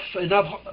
enough